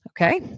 okay